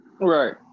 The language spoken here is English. Right